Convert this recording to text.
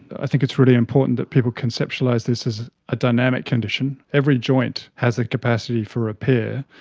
i think it's really important that people conceptualise this as a dynamic condition. every joint has the capacity for repair,